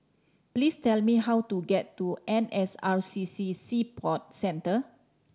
please tell me how to get to N S R C C Sea Port Centre